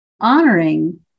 honoring